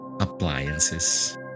appliances